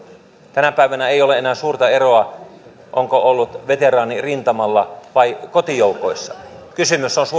tänä päivänä ei ole enää suurta eroa onko ollut veteraani rintamalla vai kotijoukoissa kysymys on